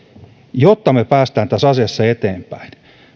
jotta me pääsemme tässä asiassa eteenpäin